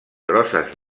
grosses